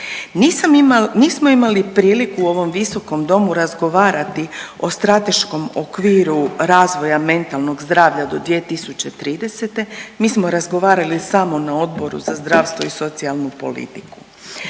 nismo imali priliku u ovom visokom domu razgovarati o strateškom okviru razvoja mentalnog zdravlja do 2030., mi smo razgovarali samo na Odboru za zdravstvo i socijalnu politiku.